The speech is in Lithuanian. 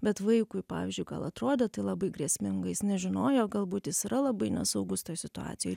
bet vaikui pavyzdžiui gal atrodė tai labai grėsminga jis nežinojo galbūt jis yra labai nesaugus toj situacijoj